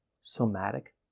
somatic